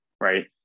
right